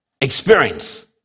experience